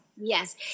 Yes